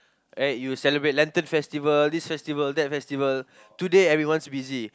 right you celebrate lantern festival this festival that festival today everyone's busy